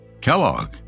Kellogg